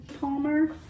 Palmer